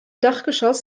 dachgeschoss